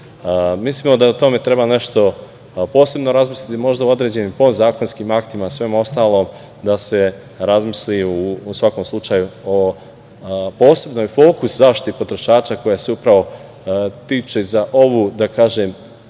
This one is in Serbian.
da na tome treba nešto posebno razmisliti, možda u određenim podzakonskim aktima, svemu ostalom da se razmisli, u svakom slučaju, o posebnom fokusu zaštite potrošača koja se upravo tiče za ovu, da kažem